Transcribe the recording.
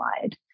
wide